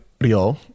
Rio